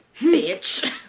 bitch